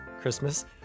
christmas